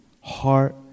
heart